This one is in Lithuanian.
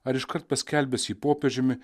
ar iškart paskelbęs jį popiežiumi